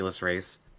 race